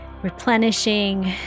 replenishing